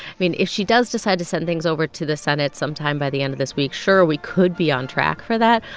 i mean, if she does decide to send things over to the senate sometime by the end of this week, sure, we could be on track for that.